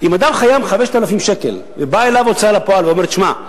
אם אדם חייב 5,000 שקל ובאה אליו ההוצאה לפועל ואומרת: שמע,